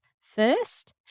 first